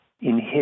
inhibit